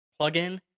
Plugin